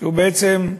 שבעצם,